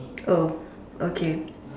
oh okay